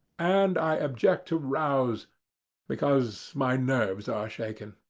and i object to rows because my nerves are shaken,